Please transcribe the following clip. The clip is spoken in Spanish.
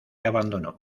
abandonó